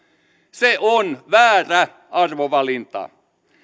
se on väärä arvovalinta